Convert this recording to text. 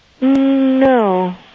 No